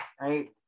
right